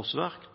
årsverk,